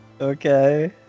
okay